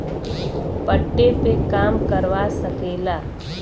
पट्टे पे काम करवा सकेला